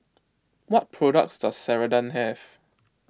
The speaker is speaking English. what products does Ceradan have